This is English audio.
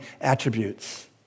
attributes